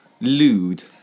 Lude